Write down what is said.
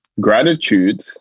gratitude